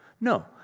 No